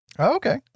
Okay